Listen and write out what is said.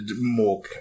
more